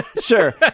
Sure